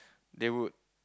they would